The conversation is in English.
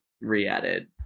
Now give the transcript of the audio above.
re-added